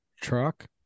truck